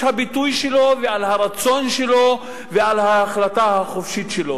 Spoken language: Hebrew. הביטוי שלו ועל הרצון שלו ועל ההחלטה החופשית שלו.